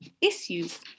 issues